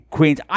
Queens